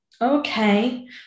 Okay